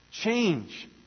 change